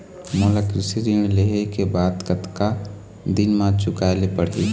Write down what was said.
मोला कृषि ऋण लेहे के बाद कतका दिन मा चुकाए ले पड़ही?